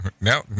No